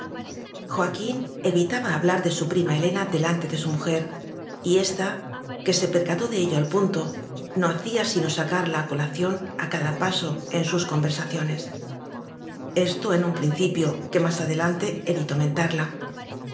joaquín evitaba hablar de su prima he lena delante de su mujer y ésta que se per cató de ello al punto no hacía sino sacarla a colación a cada paso en sus conversaciones esto en un principio que más adelante evitó mentarla